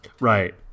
right